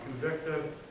convicted